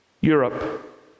Europe